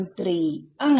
3അങ്ങനെ